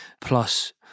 plus